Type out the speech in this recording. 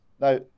Now